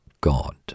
God